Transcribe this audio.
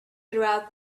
throughout